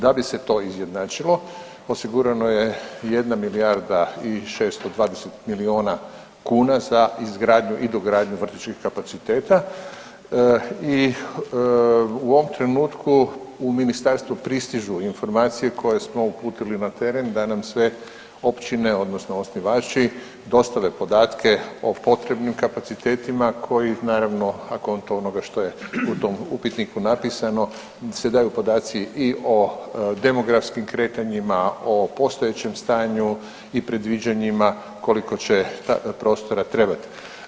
Da bi se to izjednačilo osigurano je jedna milijarda i 620 milijuna kuna za izgradnju i dogradnju vrtićkih kapaciteta i u ovom trenutku u ministarstvu pristižu informacije koje smo uputili na tren da nam sve općine odnosno osnivači dostave podatke o potrebnim kapacitetima koji naravno, a konto onoga što je u tom upitniku napisano se daju podaci i o demografskim kretanjima, o postojećem stanju i predviđanjima koliko će prostora trebati.